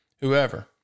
whoever